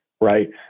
right